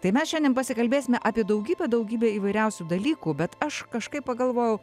tai mes šiandien pasikalbėsime apie daugybę daugybę įvairiausių dalykų bet aš kažkaip pagalvojau